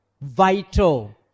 vital